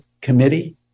committee